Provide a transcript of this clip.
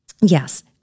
Yes